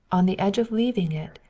on the edge of leaving it,